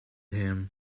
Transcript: him